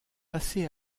assez